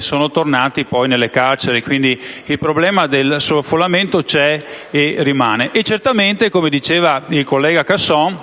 sono tornati in carcere. Quindi, il problema del sovraffollamento c'è e rimane.